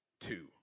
two